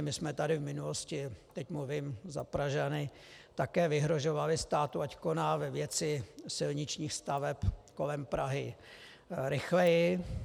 My jsme tady v minulosti, teď mluvím za Pražany, také vyhrožovali státu, ať koná ve věci silničních staveb kolem Prahy rychleji.